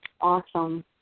awesome